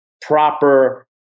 proper